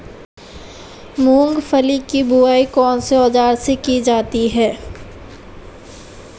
मूंगफली की बुआई कौनसे औज़ार से की जाती है?